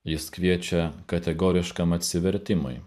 jis kviečia kategoriškam atsivertimui